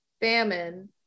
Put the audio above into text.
famine